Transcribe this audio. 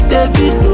David